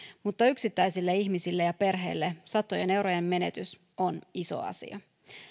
mutta yksittäisille ihmisille ja perheille satojen eurojen menetys on iso asia